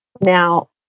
Now